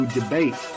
debate